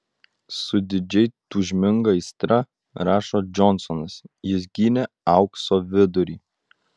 su didžiai tūžminga aistra rašo džonsonas jis gynė aukso vidurį